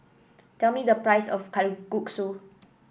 tell me the price of Kalguksu